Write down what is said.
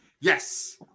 yes